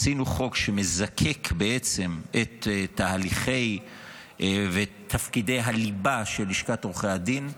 עשינו חוק שמזקק בעצם את התהליכים ואת תפקידי הליבה של לשכת עורכי הדין,